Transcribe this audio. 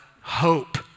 hope